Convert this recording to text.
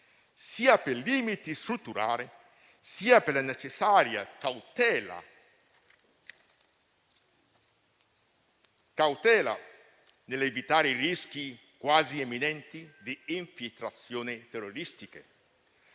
sia per limiti strutturali, sia per la necessaria cautela per evitare i rischi imminenti di infiltrazioni terroristiche.